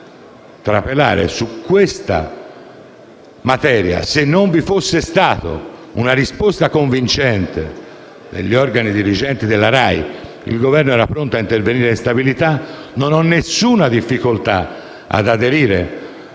se non vi fosse stata una risposta convincente degli organi dirigenti della RAI, il Governo era pronto a intervenire in sede di legge di stabilità, non ho alcuna difficoltà ad aderire